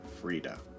Frida